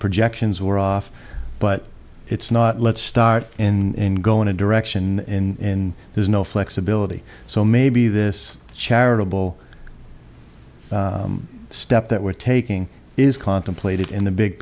projections were off but it's not let's start in go in a direction in there's no flexibility so maybe this charitable step that we're taking is contemplated in the big